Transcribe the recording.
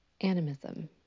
animism